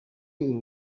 uru